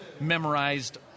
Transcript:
memorized